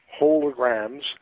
holograms